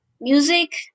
music